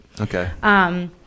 Okay